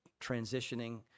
transitioning